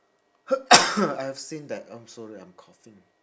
I have seen that I'm sorry I'm coughing